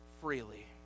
freely